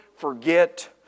Forget